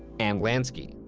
and lansky.